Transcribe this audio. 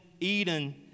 Eden